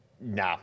no